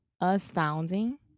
Astounding